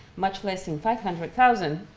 much less in five hundred thousand,